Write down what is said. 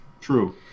True